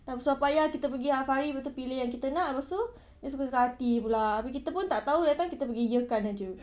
dah bersusah payah kita pergi hafari lepas itu pilih yang kita nak lepas itu dia suka-suka hati pula habis kita pun tak tahu datang kita pergi ya kan saja